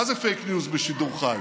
מה זה פייק ניוז בשידור חי?